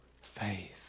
faith